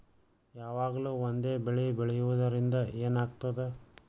ಯಾವಾಗ್ಲೂ ಒಂದೇ ಬೆಳಿ ಬೆಳೆಯುವುದರಿಂದ ಏನ್ ಆಗ್ತದ?